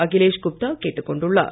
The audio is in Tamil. அகிலேஷ் குப்தா கேட்டுக் கொண்டார்